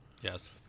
Yes